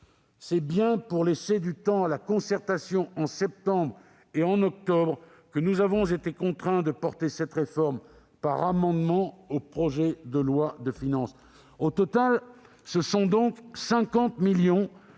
c'est bien pour laisser du temps à la concertation en septembre et en octobre que nous avons été contraints d'introduire cette réforme par amendement au projet de loi de finances. Au total, ce sont donc 50 millions